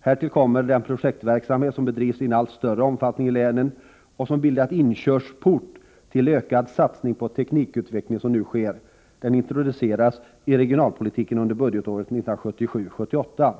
Härtill kommer den projektverksamhet som bedrivs i allt större omfattning i länen och som bildat inkörsport till den ökade satsning på teknikutveckling som nu sker. Denna verksamhet introducerades i regionalpolitiken under budgetåret 1977/78